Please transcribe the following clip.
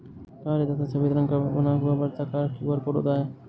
काले तथा सफेद रंग का बना हुआ वर्ताकार क्यू.आर कोड होता है